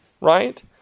right